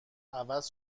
عوض